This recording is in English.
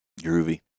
groovy